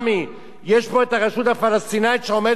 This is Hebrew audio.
יש פה הרשות הפלסטינית שעומדת מאחורי זה.